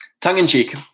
tongue-in-cheek